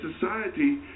society